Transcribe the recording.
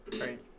right